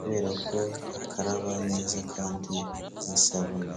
kubera ko akaraba neza kandi n'isabune.